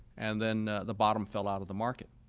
and then the bottom fell out of the market.